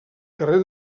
carrer